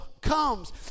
comes